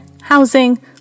housing